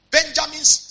Benjamin's